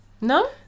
No